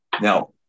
Now